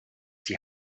die